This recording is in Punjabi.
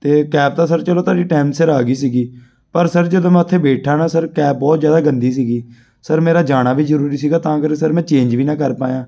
ਅਤੇ ਕੈਬ ਤਾਂ ਸਰ ਚਲੋ ਤੁਹਾਡੀ ਟੈਮ ਸਿਰ ਆ ਗੀ ਸੀਗੀ ਪਰ ਸਰ ਜਦੋਂ ਮੈਂ ਉੱਥੇ ਬੈਠਾ ਨਾ ਸਰ ਕੈਬ ਬਹੁਤ ਜ਼ਿਆਦਾ ਗੰਦੀ ਸੀਗੀ ਸਰ ਮੇਰਾ ਜਾਣਾ ਵੀ ਜ਼ਰੂਰੀ ਸੀਗਾ ਤਾਂ ਕਰਕੇ ਸਰ ਮੈਂ ਚੇਂਜ ਵੀ ਨਾ ਕਰ ਪਾਇਆ